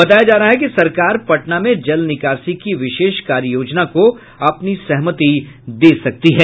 बताया जा रहा है कि सरकार पटना में जल निकासी की विशेष कार्य योजना को अपनी सहमति दे सकती है